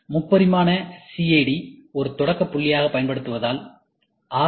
முப்பரிமான சிஏடி ஒரு தொடக்க புள்ளியாக பயன்படுத்தப்படுவதால் ஆர்